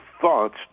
thoughts